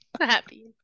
Happy